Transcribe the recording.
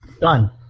Done